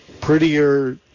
prettier